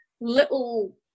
little